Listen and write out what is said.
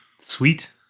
sweet